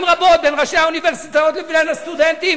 רבות בין ראשי האוניברסיטאות לבין הסטודנטים,